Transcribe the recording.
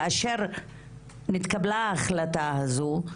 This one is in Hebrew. כאשר נתקבלה ההחלטה הזו,